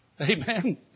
Amen